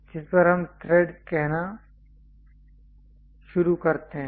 जिस पर हम थ्रेड्स कहना शुरू करते हैं